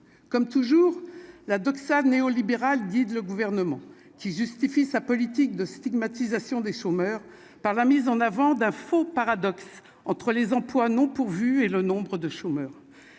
comme toujours, la doxa néolibérale did le gouvernement qui justifie sa politique de stigmatisation des chômeurs par la mise en avant d'un faux paradoxe entre les emplois non pourvus et le nombre de chômeurs